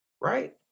right